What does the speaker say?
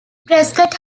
prescott